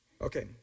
Okay